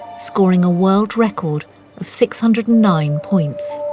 scoring a world record of six hundred and nine points.